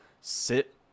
sit